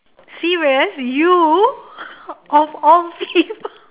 serious you of all people